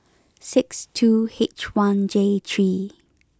sixty two H one J three